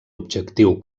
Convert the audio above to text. objectiu